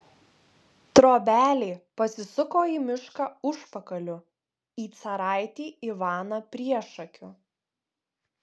trobelė pasisuko į mišką užpakaliu į caraitį ivaną priešakiu